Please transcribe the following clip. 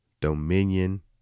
dominion